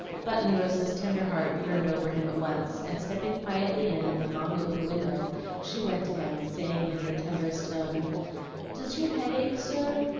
button-rose's tender heart yearned over him at once, and stepping quietly in at the long open window she went to him, saying in her tenderest tone does your head ache, sir?